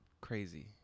Crazy